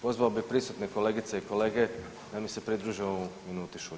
Pozvao bih prisutne kolegice i kolege da mi se pridruže ovoj minuti